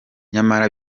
nyamara